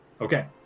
Okay